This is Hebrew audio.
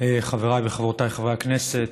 חבריי וחברותיי חברי הכנסת,